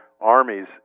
armies